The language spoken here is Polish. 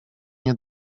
nie